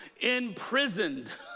imprisoned